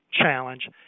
challenge